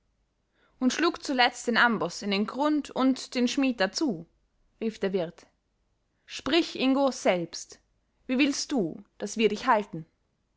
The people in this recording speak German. und schlug zuletzt den amboß in den grund und den schmied dazu rief der wirt sprich ingo selbst wie willst du daß wir dich halten